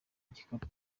igikapu